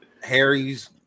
harry's